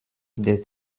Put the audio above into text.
der